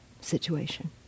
situation